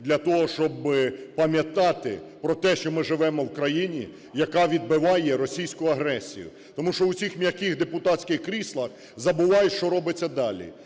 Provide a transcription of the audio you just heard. для того, щоби пам’ятати про те, що ми живемо в країні, яка відбиває російську агресію. Тому що у цих м'яких депутатських кріслах забуваєш що робиться далі.